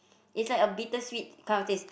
is like a bitter sweet kind of taste